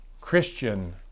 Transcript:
Christian